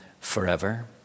forever